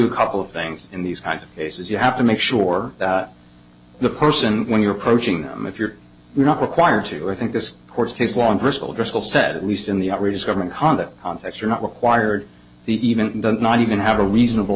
a couple of things in these kinds of cases you have to make sure that the person when you're approaching them if you're not required to rethink this course of his long personal driscoll said at least in the outrageous government conduct context you're not required the even not even have a reasonable